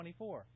24